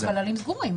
יש חללים סגורים.